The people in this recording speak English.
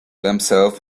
themselves